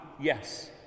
yes